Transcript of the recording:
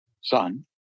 son